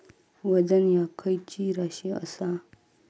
वजन ह्या खैची राशी असा?